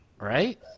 Right